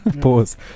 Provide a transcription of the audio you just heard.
pause